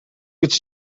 its